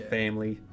family